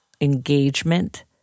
engagement